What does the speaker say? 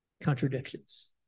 contradictions